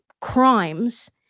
crimes